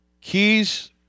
keys